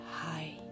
Hi